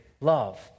love